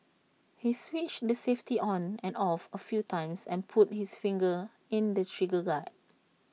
he switched the safety on and off A few times and put his finger in the trigger guard